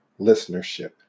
listenership